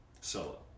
solo